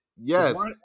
Yes